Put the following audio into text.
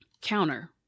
counter